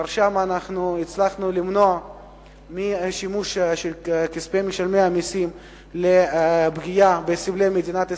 שם הצלחנו למנוע שימוש של כספי משלמי המסים לפגיעה בסמלי מדינת ישראל.